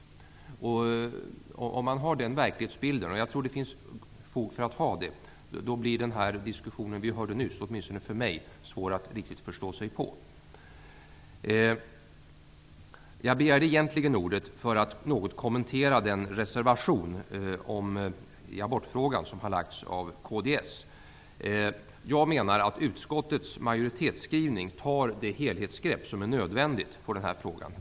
Det tror jag att man kan hävda generellt. Om man har den verklighetsbilden, som jag tror det finns fog för, blir den diskussion vi hörde nyss svår att förstå sig på, åtminstone för mig. Jag begärde egentligen ordet för att något kommentera den reservation som har lagts fram av kds i abortfrågan. Jag menar att man i utskottets majoritetsskrivning tar det helhetsgrepp på dessa frågor som är nödvändigt.